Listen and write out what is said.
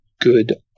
good